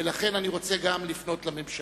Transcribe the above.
ולכן אני רוצה לפנות גם אל הממשלה.